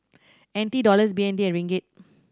N T Dollars B N D and Ringgit